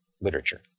literature